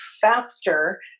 faster